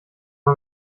man